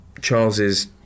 Charles's